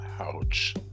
Ouch